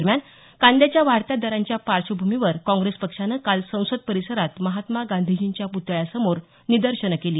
दरम्यान कांद्याच्या वाढत्या दरांच्या पार्श्वभूमीवर काँग्रेस पक्षानं काल संसद परिसरात महात्मा गांधीजींच्या पुतळ्यासमोर निदर्शनं केली